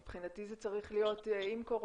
מבחינתי זה צריך להיות עם קורונה,